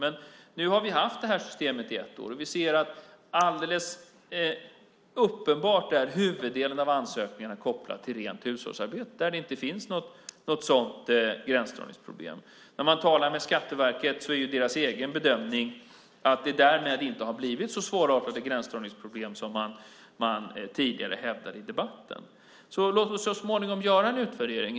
Men nu har vi haft det här systemet i ett år, och vi ser att det är alldeles uppenbart att huvuddelen av ansökningarna är kopplad till rent hushållsarbete där det inte finns något sådant gränsdragningsproblem. När man talar med Skatteverket säger de att deras egen bedömning är att det därmed inte har blivit så svårartade gränsdragningsproblem som man tidigare hävdade i debatten. Låt oss så småningom göra en utvärdering!